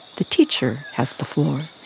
the teacher has the floor,